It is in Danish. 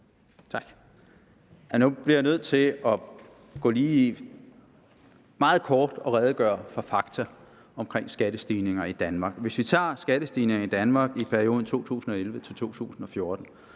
Tak. Nu bliver jeg nødt til lige meget kort at redegøre for fakta omkring skattestigninger i Danmark. Hvis vi tager skatterne i Danmark i perioden 2011-2014